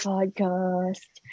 Podcast